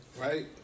Right